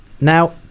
now